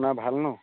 আপোনাৰ ভাল নহ্